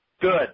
Good